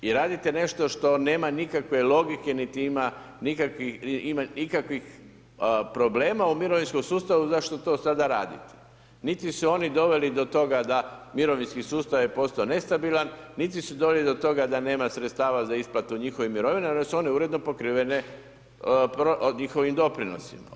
I radite nešto što nema nikakve logike niti ima ikakvih problema u mirovinskom sustavu zašto to radite, niti su oni doveli do toga da mirovinski sustav je postao nestabilan, niti su doveli do toga, da nema sredstava za isplate njihove mirovine, jer su one uredno pokrivene njihovim doprinose.